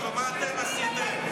נכון, ומה אתם עשיתם?